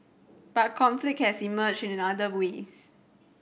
but conflict has emerged in other ways